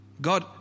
God